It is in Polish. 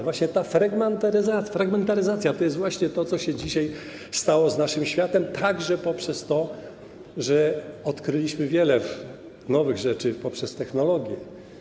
Właśnie ta fragmentaryzacja to jest właśnie to, co się dzisiaj stało z naszym światem także poprzez to, że odkryliśmy wiele nowych rzeczy poprzez technologię.